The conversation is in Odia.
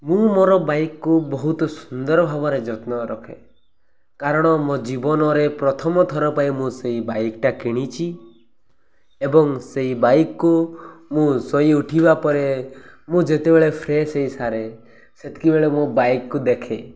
ମୁଁ ମୋର ବାଇକ୍କୁ ବହୁତ ସୁନ୍ଦର ଭାବରେ ଯତ୍ନ ରଖେ କାରଣ ମୋ ଜୀବନରେ ପ୍ରଥମଥର ପାଇଁ ମୁଁ ସେଇ ବାଇକ୍ଟା କିଣିଛି ଏବଂ ସେଇ ବାଇକ୍କୁ ମୁଁ ଶୋଇ ଉଠିବା ପରେ ମୁଁ ଯେତେବେଳେ ଫ୍ରେସ୍ ହେଇ ସାରେ ସେତିକିବେଳେ ମୋ ବାଇକ୍କୁ ଦେଖେ